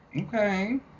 Okay